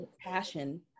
passion